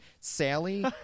Sally